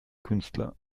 künstler